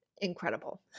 incredible